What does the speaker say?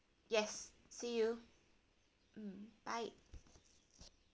yes see you mm bye